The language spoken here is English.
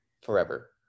forever